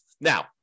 Now